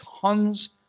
tons